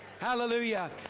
Hallelujah